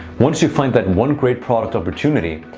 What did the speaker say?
once you find that one great product opportunity,